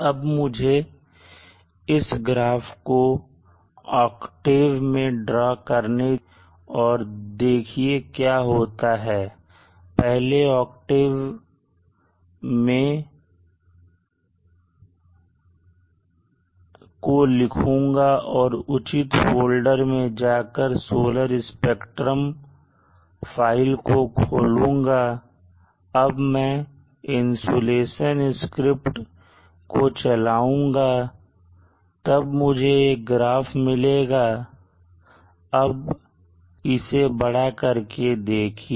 अब मुझे इस ग्राफ को octave मैं ड्रॉ करने दीजिए और देखिए क्या होता है पहले octave मैं को खोलूंगा और उचित फोल्डर में जाकर सोलर स्पेक्ट्रम फाइल को खोलूंगा अब मैं इंसुलेशन स्क्रिप्ट को चलआऊंगा तब मुझे एक ग्राफ मिलेगा अब इसे बड़ा करके देखिए